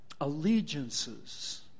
allegiances